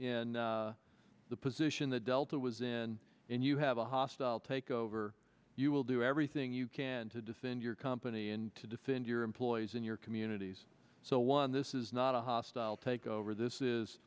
in the position that delta was in and you have a hostile takeover you will do everything you can to defend your company and to defend your lawyers in your communities so one this is not a hostile takeover this is